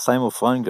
סיימון פרנגלן,